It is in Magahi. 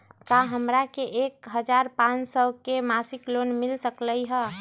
का हमरा के एक हजार पाँच सौ के मासिक लोन मिल सकलई ह?